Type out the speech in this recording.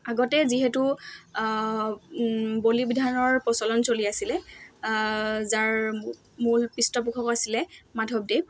আগতে যিহেতু বলি বিধানৰ প্ৰচলন চলি আছিলে যাৰ মূল পৃষ্ঠপোষক আছিলে মাধৱদেৱ